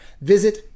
visit